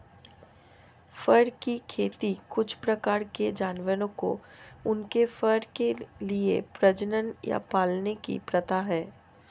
फर की खेती कुछ प्रकार के जानवरों को उनके फर के लिए प्रजनन या पालने की प्रथा है